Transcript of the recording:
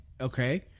Okay